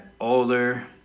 Older